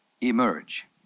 Emerge